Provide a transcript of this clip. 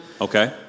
Okay